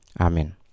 Amen